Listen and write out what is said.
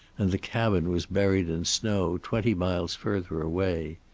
and the cabin was buried in snow twenty miles further away.